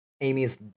Amy's